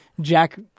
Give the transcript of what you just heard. Jack